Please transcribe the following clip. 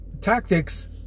tactics